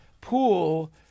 pool